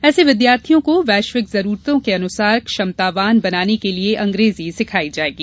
ऐसे विद्यार्थियों को वैश्विक जरूरतों के अनुसार क्षमतावान बनाने के लिये अंग्रेजी सिखाई जायेगी